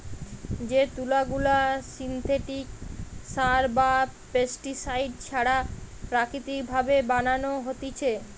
যে তুলা গুলা সিনথেটিক সার বা পেস্টিসাইড ছাড়া প্রাকৃতিক ভাবে বানানো হতিছে